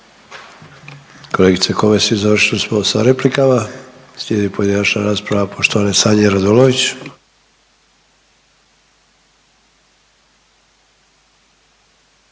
Kolegice Komes završili smo sa replikama. Slijedi pojedinačna rasprava poštovane Sanje Radolović.